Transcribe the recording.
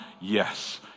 Yes